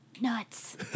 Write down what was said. Nuts